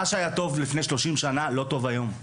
מה שהיה טוב לפני 30 שנה לא טוב היום.